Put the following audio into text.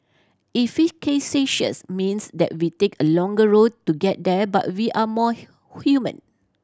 efficacious means that we take a longer route to get there but we are more human